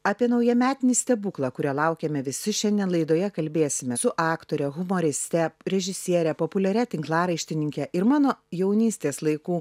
apie naujametinį stebuklą kurio laukiame visi šiandien laidoje kalbėsime su aktore humoriste režisiere populiaria tinklaraištininke ir mano jaunystės laikų